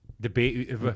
debate